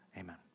amen